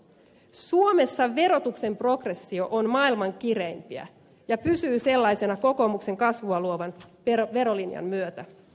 suomessa verotuksen progressio on maailman kireimpiä ja pysyy sellaisena kokoomuksen kasvua luovan verolinjan myötä